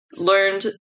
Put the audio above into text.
learned